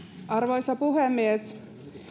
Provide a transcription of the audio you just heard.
arvoisa puhemies